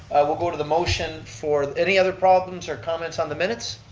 we'll go to the motion for, any other problems or comments on the minutes?